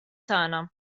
tagħna